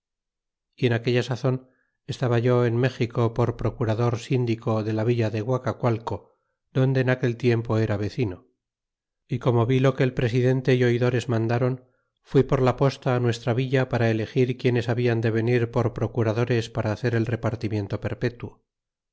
y en aquella sazon estaba yo en méxico por procurador sindico de la villa de guacacualco donde en aquel tiempo era vecino y como vi lo que el presidente y oidores mandron fui por la posta nuestra villa para elegir quienes hablan de venir por procuradores para hacer el repartimiento perpetuo